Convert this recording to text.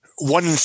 one